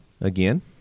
again